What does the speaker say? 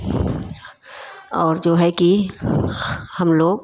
और जो है कि हम लोग